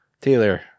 Taylor